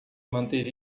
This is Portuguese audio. manter